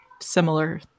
similar